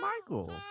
Michael